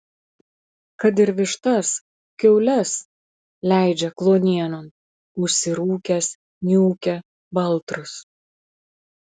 kad ir vištas kiaules leidžia kluonienon užsirūkęs niūkia baltrus